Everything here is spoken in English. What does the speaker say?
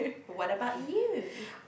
what about you